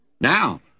Now